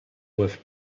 with